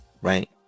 right